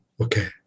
Okay